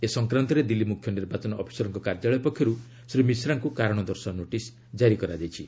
ଏ ସଂକ୍ରାନ୍ତରେ ଦିଲ୍ଲୀ ମୁଖ୍ୟ ନିର୍ବାଚନ ଅଫିସରଙ୍କ କାର୍ଯ୍ୟାଳୟ ପକ୍ଷରୁ ଶ୍ରୀ ମିଶ୍ରାଙ୍କୁ କାରଣ ଦର୍ଶାଅ ନୋଟିସ୍ ଜାରି କରାଯାଇଛି